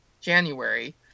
January